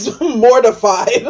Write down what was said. mortified